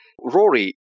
Rory